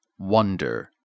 Wonder